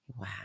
Wow